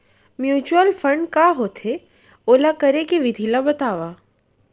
mutual fund का होथे, ओला करे के विधि ला बतावव